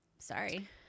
Sorry